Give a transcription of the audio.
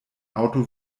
auto